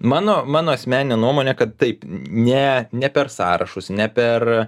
mano mano asmeninė nuomonė kad taip ne ne per sąrašus ne per